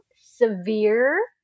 severe